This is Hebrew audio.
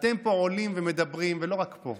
אתם עולים לפה ומדברים, ולא רק פה,